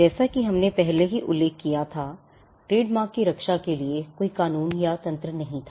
जैसा कि हमने पहले ही उल्लेख किया था ट्रेडमार्क की रक्षा के लिए कोई तंत्र या कानून नहीं था